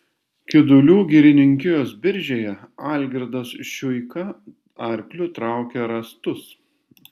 kidulių girininkijos biržėje algirdas šiuika arkliu traukė rąstus